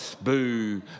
Boo